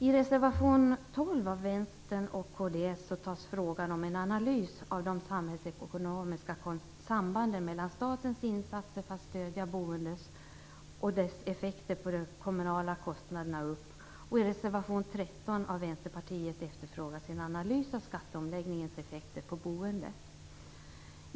I reservation 12 av Vänstern och kds tas frågan om en analys av de samhällsekonomiska sambanden mellan statens insatser för att stödja boendet och dess effekter på de kommunala kostnaderna upp. I reservation 13 av Vänsterpartiet efterfrågas en analys av skatteomläggningens effekter på boendet.